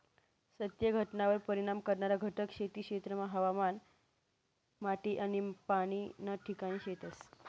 सत्य घटनावर परिणाम करणारा घटक खेती क्षेत्रमा हवामान, माटी आनी पाणी ना ठिकाणे शेतस